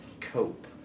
cope